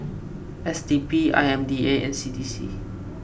S D P I M D A and C D C